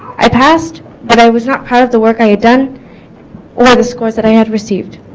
i passed but i was not proud of the work i had done or the scores that i had received